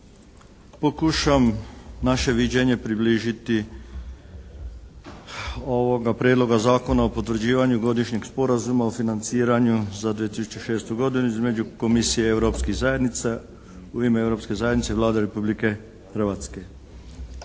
pokušam naše viđenje približiti ovoga Prijedloga zakona o potvrđivanju godišnjeg sporazuma o financiranju za 2006. godinu između Komisije europskih zajednica, u ime Europske zajednice i Vlade Republike Hrvatske.